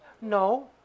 No